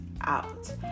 out